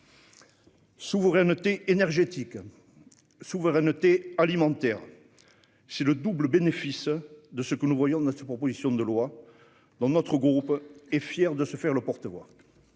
Souveraineté énergétique et souveraineté alimentaire, tel est le double bénéfice que nous voyons dans cette proposition de loi, dont notre groupe est fier de se faire le porte-voix.